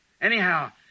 Anyhow